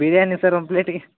biryani sir ಒಂದು ಪ್ಲೇಟಿಗೆ